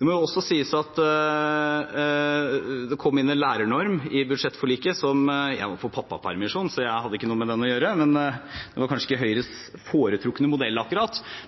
Det må også sies at det kom inn en lærernorm i budsjettforliket – jeg var i pappapermisjon, så jeg hadde ikke noe med den å gjøre – men det var kanskje ikke akkurat Høyres foretrukne modell.